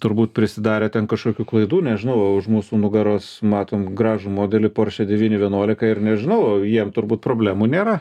turbūt prisidarę ten kažkokių klaidų nežinau už mūsų nugaros matom gražų modelį porsche devyni vienuolika ir nežinau jiem turbūt problemų nėra